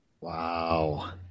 Wow